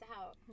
out